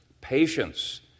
Patience